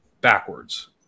backwards